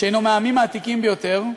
שהנו מהעמים העתיקים ביותר,